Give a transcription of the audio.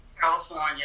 California